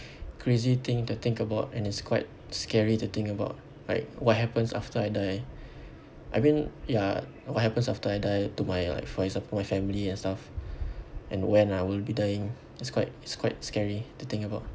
crazy thing to think about and it's quite scary to think about like what happens after I die I mean ya what happens after I die to my like for example my family and stuff and when I will be dying it's quite it's quite scary to think about